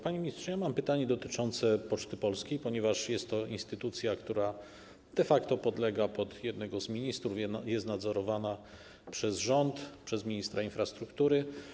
Panie ministrze, mam pytanie dotyczące Poczty Polskiej, ponieważ jest to instytucja, która de facto podlega jednemu z ministrów, jest nadzorowana przez rząd, przez ministra infrastruktury.